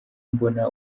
mbona